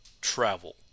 travel